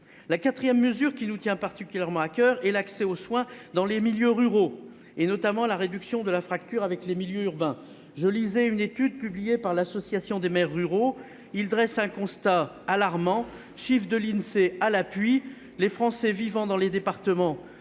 La quatrième mesure qui nous tient particulièrement à coeur est l'accès aux soins dans les milieux ruraux, et notamment la réduction de la fracture avec les milieux urbains. Une étude publiée par l'Association des maires ruraux de France (AMRF) dresse, chiffres de l'Insee à l'appui, un constat alarmant : les Français vivant dans les départements